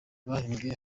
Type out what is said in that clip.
bahembwe